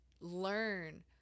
learn